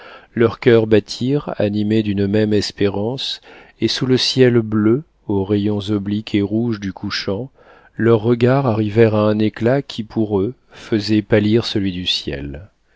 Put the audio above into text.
leurs coeurs battirent animés d'une même espérance et sous le ciel bleu aux rayons obliques et rouges du couchant leurs regards arrivèrent à un éclat qui pour eux faisait pâlir celui du ciel